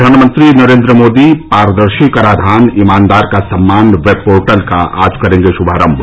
प्रधानमंत्री नरेन्द्र मोदी पारदर्शी कराधान ईमानदार का सम्मान वेब पोर्टल का आज करेंगे श्भारंभ